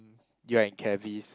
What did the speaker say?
you and Cavis